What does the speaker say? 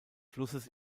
flusses